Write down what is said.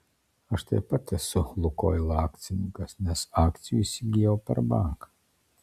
aš taip pat esu lukoil akcininkas nes akcijų įsigijau per banką